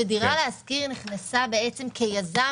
שדירה להשכיר נכנסה כיזם,